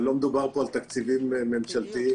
לא מדובר על תקציבים ממשלתיים.